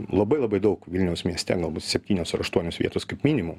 labai labai daug vilniaus mieste galbūt septynios ar aštuonios vietos kaip minimum